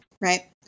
right